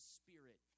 spirit